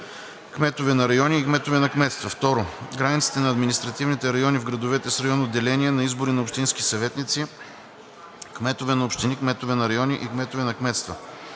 кметове на райони и кметове на кметства; 2. границите на административните райони в градовете с районно делене на избори на общински съветници, кметове на общини, кметове на райони и кметове на кметства;